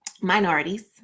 minorities